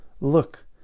Look